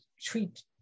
treat